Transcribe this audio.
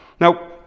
Now